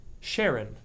Sharon